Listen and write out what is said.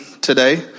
today